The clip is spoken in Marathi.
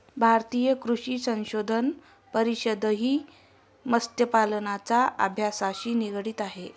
भारतीय कृषी संशोधन परिषदही मत्स्यपालनाच्या अभ्यासाशी निगडित आहे